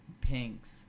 pinks